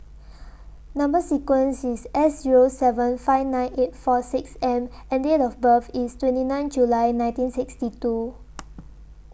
Number sequence IS S Zero seven five nine eight four six M and Date of birth IS twenty nine July nineteen sixty two